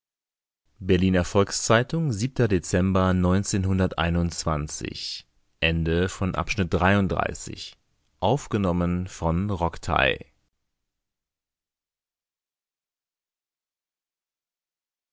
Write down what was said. berliner volks-zeitung dezember